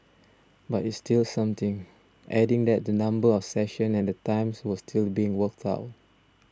but it's still something adding that the number of sessions and the times were still being worked out